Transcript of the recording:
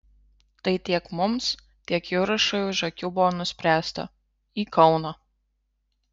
tai tiek mums tiek jurašui už akių buvo nuspręsta į kauną